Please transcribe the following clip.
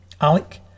Alec